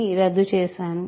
ని రద్దు చేసాను